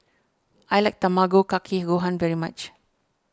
I like Tamago Kake Gohan very much